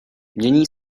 mění